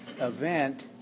event